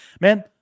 man